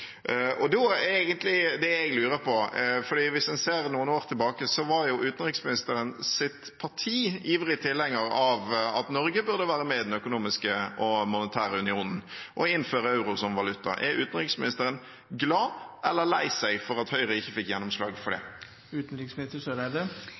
Hvis en ser noen år tilbake, var utenriksministerens parti ivrig tilhenger av at Norge burde være med i Den økonomiske og monetære union og innføre euro som valuta. Da er det jeg lurer på: Er utenriksministeren glad eller lei seg for at Høyre ikke fikk gjennomslag for det?